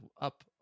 Up